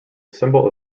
symbol